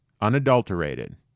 unadulterated